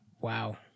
Wow